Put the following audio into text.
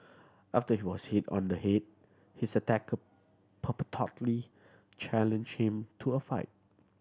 after he was hit on the head his attacker purportedly challenged him to a fight